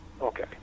Okay